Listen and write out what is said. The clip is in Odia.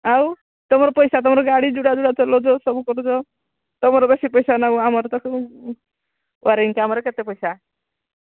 ଆଉ ତମର ପଇସା ତମର ଗାଡ଼ି ଯୁଡ଼ା ଯୁଡ଼ା ଚଲୋଉଛ ସବୁ କରୁଚ ତମର ବେଶୀ ପଇସା ନାଉ ଆମର ତାକୁ ୱାରେଣ୍ଟ ଆମର କେତେ ପଇସା